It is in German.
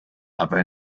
aber